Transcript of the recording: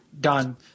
Done